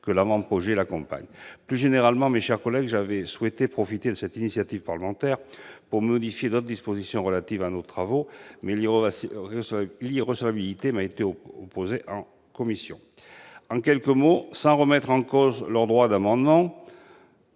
que l'avant-projet l'accompagne. Plus généralement, mes chers collègues, j'avais souhaité profiter de cette initiative parlementaire pour modifier d'autres dispositions relatives à nos travaux, mais l'irrecevabilité de mes amendements m'a été opposée en commission. En quelques mots, sans remettre en cause leur droit d'amendement,